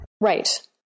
Right